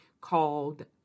called